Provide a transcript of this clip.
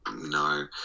No